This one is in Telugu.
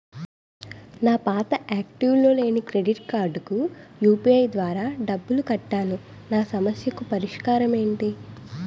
నా పాత యాక్టివ్ లో లేని క్రెడిట్ కార్డుకు యు.పి.ఐ ద్వారా కట్టాను నా సమస్యకు పరిష్కారం ఎంటి?